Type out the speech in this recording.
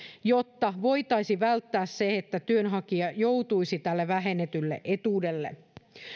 jotta voitaisiin välttää se että työnhakija joutuu tälle vähennetylle etuudelle